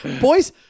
Boys